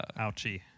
Ouchie